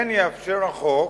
כן יאפשר החוק,